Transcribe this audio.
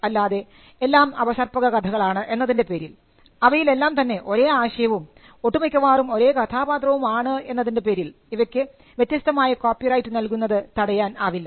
അല്ലാതെ എല്ലാം അപസർപ്പക കഥകളാണ് എന്നതിൻറെ പേരിൽ അവയിലെല്ലാം തന്നെ ഒരേ ആശയവും ഒട്ടു മിക്കവാറും ഒരേ കഥാപാത്രവും ആണ് എന്നതിൻറെ പേരിൽ ഇവയ്ക്ക് വ്യത്യസ്തമായ കോപ്പിറൈറ്റ് നൽകുന്നത് തടയാൻ ആവില്ല